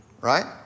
Right